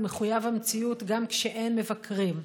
הוא מחויב המציאות גם כשאין מבקרים,